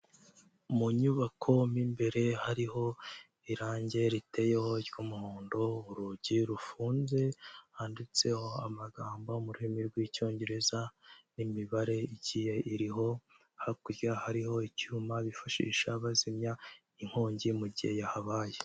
Mu nyubako mo imbere hariho irangi riteyeho ry'umuhondo, urugi rufunze handitseho amagambo mu rurimi rw'Icyongereza n'imibare igiye iriho, hakurya hariho icyuma bifashisha bazimya inkongi mu gihe yahabaye.